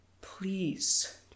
Please